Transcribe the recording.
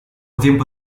tempo